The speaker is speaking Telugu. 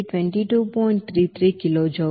33కిలో జౌల్